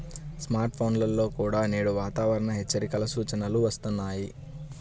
smart ఫోన్లలో కూడా నేడు వాతావరణ హెచ్చరికల సూచనలు వస్తున్నాయి